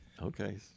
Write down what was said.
Okay